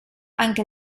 anche